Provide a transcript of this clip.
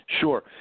Sure